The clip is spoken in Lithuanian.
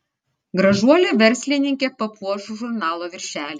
gražuolė verslininkė papuoš žurnalo viršelį